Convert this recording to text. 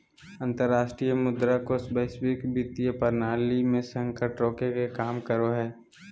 अंतरराष्ट्रीय मुद्रा कोष वैश्विक वित्तीय प्रणाली मे संकट रोके के काम करो हय